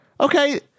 Okay